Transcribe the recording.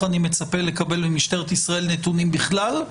אני מצפה לקבל ממשטרת ישראל נתונים בכלל,